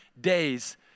days